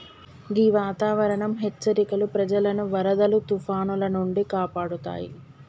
గీ వాతావరనం హెచ్చరికలు ప్రజలను వరదలు తుఫానాల నుండి కాపాడుతాయి